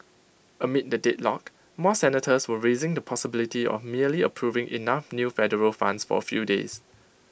amid the deadlock more senators were raising the possibility of merely approving enough new Federal Funds for A few days